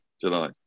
July